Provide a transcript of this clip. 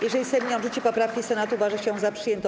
Jeżeli Sejm nie odrzuci poprawki Senatu, uważa się ją za przyjętą.